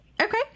okay